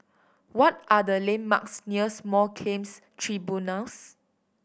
what are the landmarks near Small Claims Tribunals